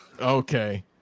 Okay